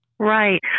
Right